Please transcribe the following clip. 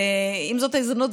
ועם זאת הזדמנות,